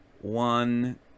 one